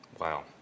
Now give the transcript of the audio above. Wow